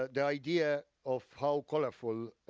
ah the idea of how colorful